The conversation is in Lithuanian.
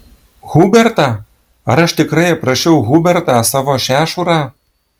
hubertą ar aš tikrai aprašiau hubertą savo šešurą